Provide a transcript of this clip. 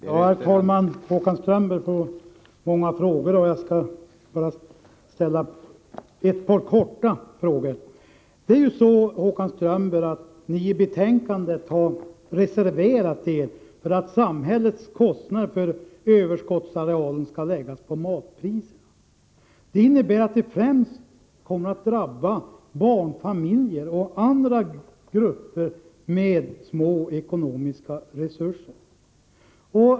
Herr talman! Håkan Strömberg får många frågor, och jag skall bara ställa ett par korta frågor till honom. Ni har i betänkandet reserverat er för att samhällets kostnad för överskottsarealen skall läggas på matpriserna. Det innebär att kostnaden främst kommer att drabba barnfamiljer och andra grupper med små ekonomiska resurser.